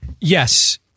Yes